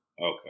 Okay